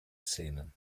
szenen